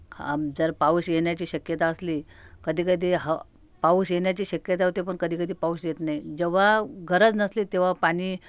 आम चर पाऊस येण्याची शक्यता असली कधीकधी ह पाऊस येण्याची शक्यता होते पण कधीकधी पाऊस येत नाही जेव्हा गरज नसली तेव्हा पाणी